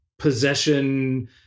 possession